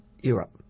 Europe